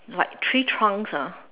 like tree trunks ah